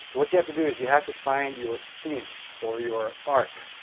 what you have to do is you have to find your theme or your arc.